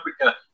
Africa